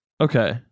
Okay